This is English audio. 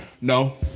no